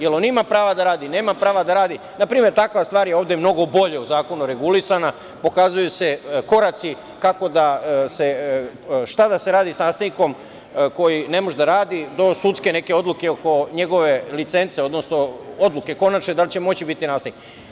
Je li on ima prava da radi, nema prava da radi, npr. takva stvar je ovde mnogo bolje u zakonu regulisana, pokazuju se koraci kako da se, šta da se radi sa nastavnikom koji ne može da radi do sudske neke odluke oko njegove licence, odnosno konačne odluke da li će moći da bude nastavnik.